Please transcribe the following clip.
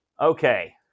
Okay